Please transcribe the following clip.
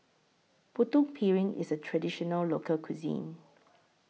Putu Piring IS A Traditional Local Cuisine